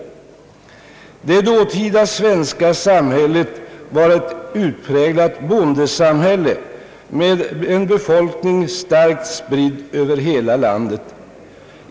Det dåtida svenska samhället var ett utpräglat bondesamhälle med en befolkning starkt spridd över hela landet.